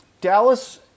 Dallas